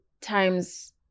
times